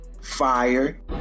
fire